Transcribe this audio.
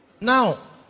Now